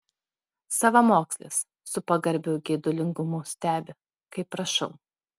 savamokslis su pagarbiu geidulingumu stebi kaip rašau